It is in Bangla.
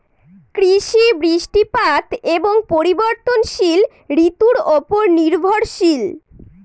কৃষি বৃষ্টিপাত এবং পরিবর্তনশীল ঋতুর উপর নির্ভরশীল